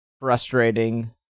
frustrating